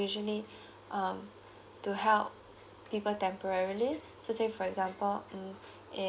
usually um to help people temporarily so say for example um